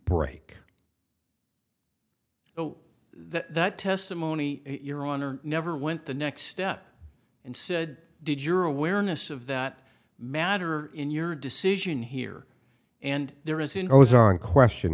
break so that that testimony your honor never went the next step and said did your awareness of that matter in your decision here and there is in always are in question